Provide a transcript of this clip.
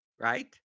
right